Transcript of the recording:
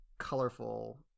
colorful